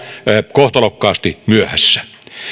kohtalokkaasti myöhässä